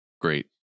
great